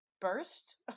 burst